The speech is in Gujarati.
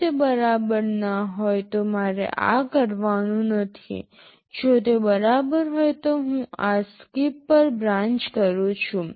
જો તે બરાબર હોય તો મારે આ કરવાનું નથી જો તે બરાબર હોય તો હું આ SKIP પર બ્રાન્ચ કરું છું